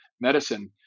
medicine